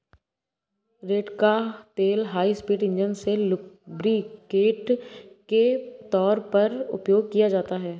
रेड़ का तेल high speed engine में लुब्रिकेंट के तौर पर उपयोग किया जाता है